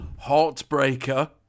Heartbreaker